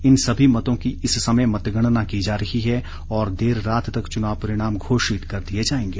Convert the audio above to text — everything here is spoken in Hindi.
इन सभी मतों की इस समय मतगणना की जा रही है और देर रात तक चुनाव परिणाम घोषित कर दिए जाएंगे